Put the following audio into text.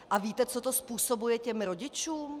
A víte, co to způsobuje rodičům?